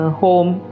home